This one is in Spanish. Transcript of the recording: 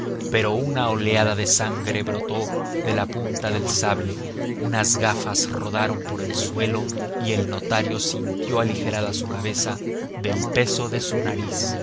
pero una oleada de sangre brotó de la punta del sable unas gafas rodaron por el suelo y el notario sintió aligerada su cabeza del peso de su nariz